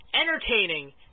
entertaining